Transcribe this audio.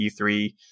E3